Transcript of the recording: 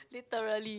literally